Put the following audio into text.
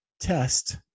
test